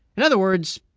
in other words,